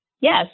yes